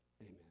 Amen